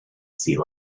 sea